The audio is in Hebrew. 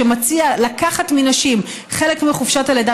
שמציע לקחת מנשים חלק מחופשות הלידה